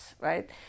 right